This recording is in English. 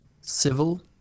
civil